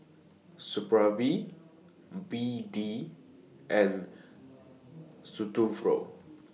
Supravit B D and Futuro